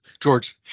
george